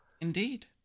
Indeed